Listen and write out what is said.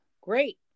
great